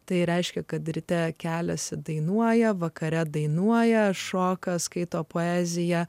tai reiškia kad ryte keliasi dainuoja vakare dainuoja šoka skaito poeziją